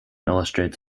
illustrates